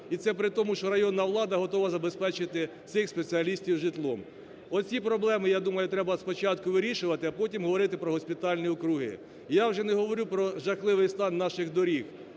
і це притому, що районна влада готова забезпечити цих спеціалістів житлом. Оці проблеми, я думаю, треба спочатку вирішувати, а потім говорити про госпітальні округи. Я вже не говорю про жахливий стан наших доріг